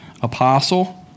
Apostle